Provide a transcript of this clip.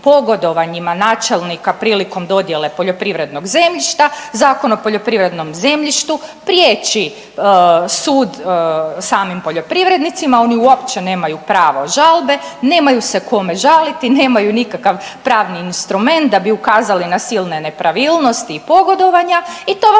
načelnika prilikom dodjele poljoprivrednog zemljišta. Zakon o poljoprivrednom zemljištu priječi sud samim poljoprivrednicima. Oni uopće nemaju pravo žalbe, nemaju se kome žaliti, nemaju nikakav pravni instrument da bi ukazali na silne nepravilnosti i pogodovanja i to vam